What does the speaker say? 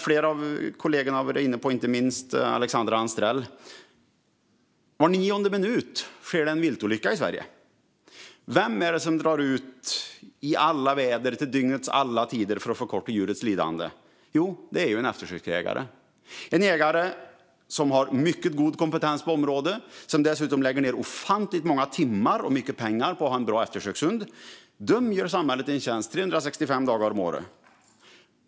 Flera av kollegorna har varit inne på, inte minst Alexandra Anstrell, att det var nionde minut sker en viltolycka i Sverige. Vem är det som drar ut i alla väder under dygnets alla timmar för att förkorta djurets lidande? Jo, det är en eftersöksjägare. Det är en jägare som har mycket god kompetens på området och som dessutom lägger ned ofantligt många timmar och mycket pengar på att ha en bra eftersökshund. De gör samhället en tjänst 365 dagar om året.